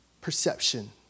perception